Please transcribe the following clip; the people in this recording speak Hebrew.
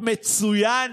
הקודמים.